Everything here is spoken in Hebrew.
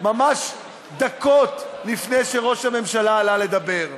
ממש דקות לפני שראש הממשלה עלה לדבר,